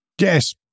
Yes